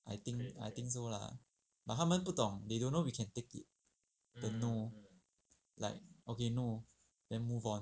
I think I think so lah but 他们不懂 they don't know we can take it don't know like okay no then move on